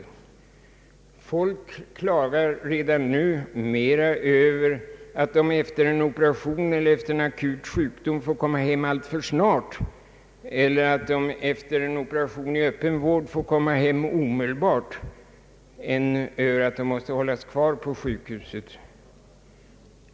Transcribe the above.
Patienterna klagar redan nu mera över att de efter en akut sjukdom eller operation får komma hem alltför snart eller att de efter en operation i öppen vård får komma hem omedelbart än över att de måste hållas kvar på sjukhusen.